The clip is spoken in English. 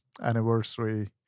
anniversary